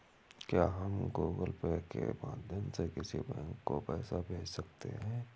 क्या हम Google Pay के माध्यम से किसी बैंक को पैसे भेज सकते हैं?